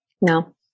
No